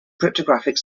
cryptographic